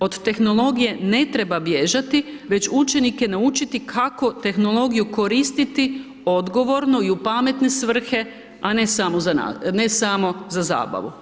Od tehnologije ne treba bježati već učenike naučiti kako tehnologiju koristiti odgovorno i u pametne svrhe a ne samo za zabavu.